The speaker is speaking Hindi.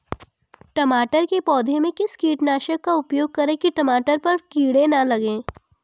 टमाटर के पौधे में किस कीटनाशक का उपयोग करें कि टमाटर पर कीड़े न लगें?